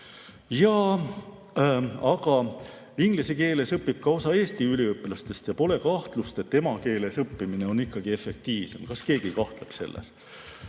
võrra. Inglise keeles õpib ka osa Eesti üliõpilastest. Pole kahtlust, et emakeeles õppimine on ikkagi efektiivsem. Kas keegi kahtleb selles?